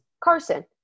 Carson –